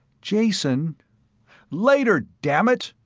jason later, dammit!